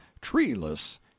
treeless